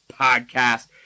podcast